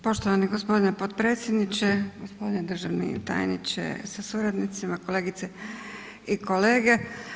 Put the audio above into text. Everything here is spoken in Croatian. Poštovani gospodine potpredsjedniče, gospodine državni tajniče sa suradnicima, kolegice i kolege.